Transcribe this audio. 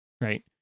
right